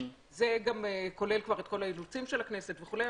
זה כולל כבר גם את כל האילוצים של הכנסת וכולי,